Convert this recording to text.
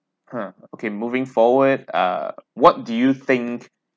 hmm okay moving forward uh what do you think